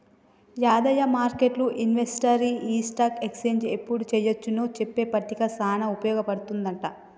యాదయ్య మార్కెట్లు ఇన్వెస్టర్కి ఈ స్టాక్ ఎక్స్చేంజ్ ఎప్పుడు చెయ్యొచ్చు నో చెప్పే పట్టిక సానా ఉపయోగ పడుతుందంట